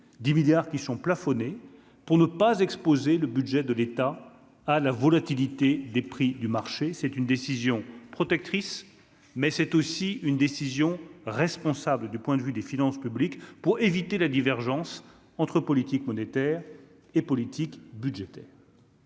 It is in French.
10 milliards qui sont plafonnés pour ne pas exposer le budget de l'État à la volatilité des prix du marché, c'est une décision protectrice, mais c'est aussi une décision responsable du point de vue des finances publiques pour éviter la divergence entre politique monétaire et politique budgétaire.